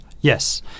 Yes